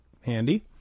handy